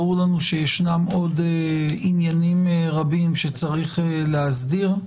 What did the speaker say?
ברור לנו שישנם עוד עניינים רבים שצריך להסדיר.